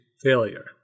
failure